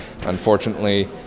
unfortunately